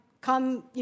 come